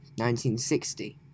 1960